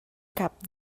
cap